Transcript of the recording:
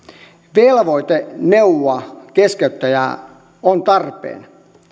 velvoite neuvoa keskeyttäjää on tarpeen